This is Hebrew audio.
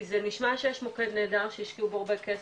כי זה נשמע שיש מוקד נהדר שהשקיעו בו הרבה כסף,